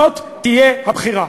זאת תהיה הבחירה.